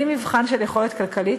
בלי מבחן של יכולת כלכלית,